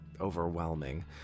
overwhelming